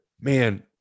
man